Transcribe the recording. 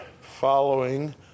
following